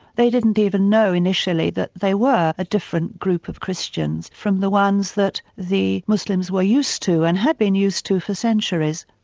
they didn't even know initially that they were a different group of christians from the ones that the muslims were used to, and had been used to for centuries,